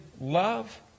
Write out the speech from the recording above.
love